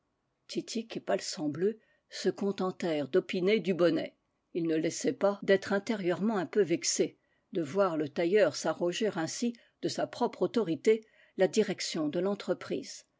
et palsambleu se contentèrent d'opiner du bonnet ils ne laissaient pas d'être intérieurement un peu vexés de voir le tailleur s'arroger ainsi de sa propre autorité la direction de